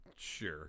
Sure